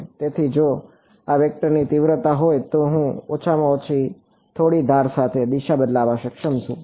તેથી જો આ વેક્ટરની તીવ્રતા હોય તો હું ઓછામાં ઓછી થોડી ધાર સાથે દિશા લાદવામાં સક્ષમ છું